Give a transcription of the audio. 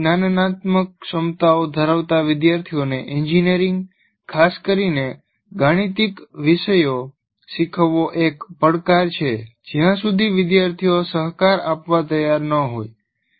નબળી જ્ઞાનનાત્મક ક્ષમતાઓ ધરાવતા વિદ્યાર્થીઓને એન્જિનિયરિંગ ખાસ કરીને ગાણિતિક વિષયો શીખવવો એ એક પડકાર છે જ્યાં સુધી વિદ્યાર્થીઓ સહકાર આપવા તૈયાર ન હોય